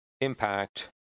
impact